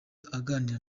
aganira